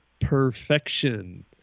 perfection